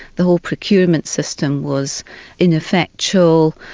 the whole procurement system was in effectual.